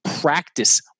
practice